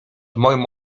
moją